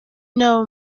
n’abo